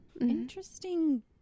Interesting